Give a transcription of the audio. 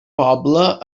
poble